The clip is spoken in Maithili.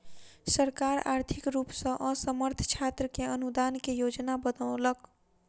सरकार आर्थिक रूप सॅ असमर्थ छात्र के अनुदान के योजना बनौलक